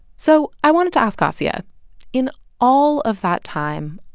so i wanted to ask acia in all of that time,